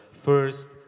First